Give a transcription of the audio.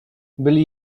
byli